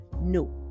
No